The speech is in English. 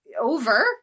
over